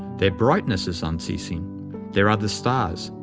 their brightness is unceasing there are the stars,